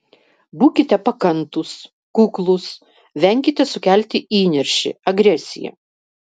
būkite pakantūs kuklūs venkite sukelti įniršį agresiją